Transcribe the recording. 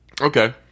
Okay